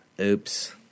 Oops